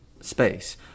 space